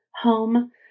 home